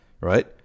right